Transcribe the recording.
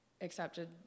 accepted